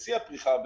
בשיא הפריחה,